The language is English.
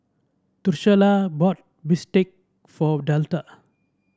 Drucilla bought bistake for Delta